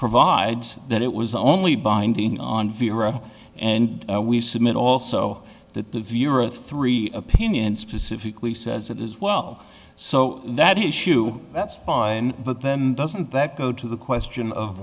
provides that it was only binding on veera and we submit also that the view or three opinion specifically says that as well so that issue that's fine but then doesn't that go to the question of